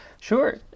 Sure